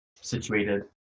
situated